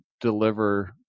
deliver